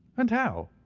and how?